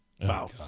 Wow